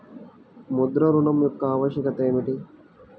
ముద్ర ఋణం యొక్క ఆవశ్యకత ఏమిటీ?